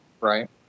Right